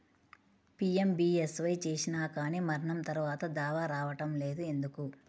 PMBSY చేసినా కానీ మరణం తర్వాత దావా రావటం లేదు ఎందుకు?